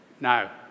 Now